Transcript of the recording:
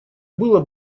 было